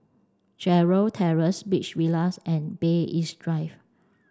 Gerald Terrace Beach Villas and Bay East Drive